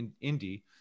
Indy